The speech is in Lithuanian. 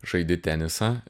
žaidi tenisą